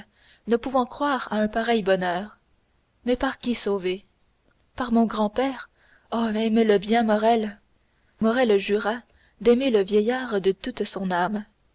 ne pouvant croire à un pareil bonheur mais par qui sauvés par mon grand-père oh aimez-le bien morrel morrel jura d'aimer le vieillard de toute son âme